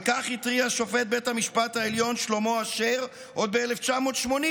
על כך התריע שופט בית המשפט העליון שלמה אשר עוד ב-1980,